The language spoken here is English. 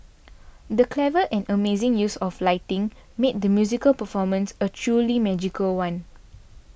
the clever and amazing use of lighting made the musical performance a truly magical one